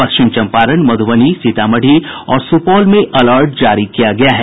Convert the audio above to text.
पश्चिम चम्पारण मध्रबनी सीतामढ़ी और सुपौल में अलर्ट जारी किया गया है